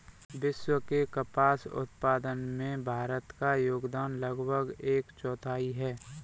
विश्व के कपास उत्पादन में भारत का योगदान लगभग एक चौथाई है